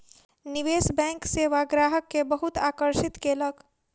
निवेश बैंक सेवा ग्राहक के बहुत आकर्षित केलक